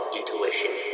intuition